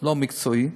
לא מקצועי,